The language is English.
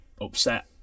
upset